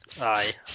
Aye